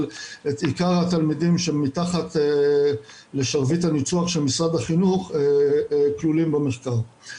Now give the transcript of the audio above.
אבל עיקר התלמידים שתחת לשרביט הניצוח של משרד החינוך כלולים במחקר.